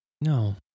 no